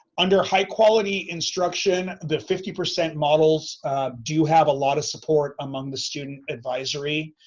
under high-quality instruction, the fifty percent models do have a lot of support among the student advisory.